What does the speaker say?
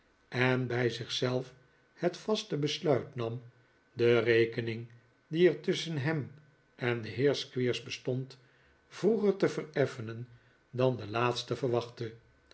en bij zich zelf het vaste besluit nam de rekening die er tusschen hem en den heer squeers bestond vroeger te vereffenen dan de laatste verwachtte